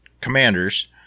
commanders